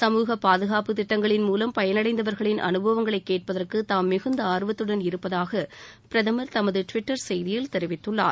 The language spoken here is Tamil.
சமூக பாதுகாப்பு திட்டங்களின் மூலம் பயனடைந்தவர்களின் அனுபவங்களை கேட்பதற்கு தாம் மிகுந்த ஆர்வத்துடன் இருப்பதாக பிரதம் தமது டிவிட்டர் செய்தியில் தெரிவித்துள்ளார்